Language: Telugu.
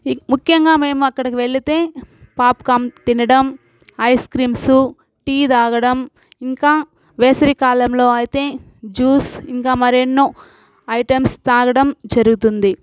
ముఖ్యంగా మేము అక్కడికి వెళితే పాప్కాన్ తినడం ఐస్ క్రీమ్సు టీ తాగడం ఇంకా వేసవి కాలంలో అయితే జ్యూస్ ఇంకా మరెన్నో ఐటమ్స్ తాగడం జరుగుతుంది